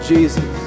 Jesus